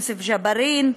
יוסף ג'בארין,